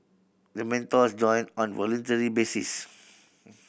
the mentors join on voluntary basis